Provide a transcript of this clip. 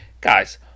guys